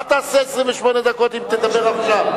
מה תעשה 28 דקות אם תדבר עכשיו?